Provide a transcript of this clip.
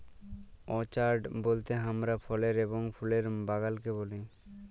orchard বলতে হামরা ফলের এবং ফুলের বাগালকে বুঝি